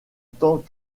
tant